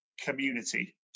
community